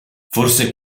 forse